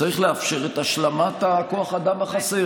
צריך לאפשר את השלמת כוח האדם החסר.